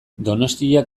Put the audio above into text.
donostia